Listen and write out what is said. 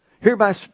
Hereby